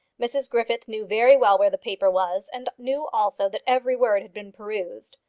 mrs griffith knew very well where the paper was, and knew also that every word had been perused.